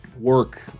Work